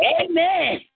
Amen